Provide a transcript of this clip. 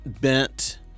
bent